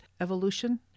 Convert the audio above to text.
evolution